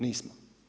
Nismo.